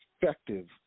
effective